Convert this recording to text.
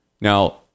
Now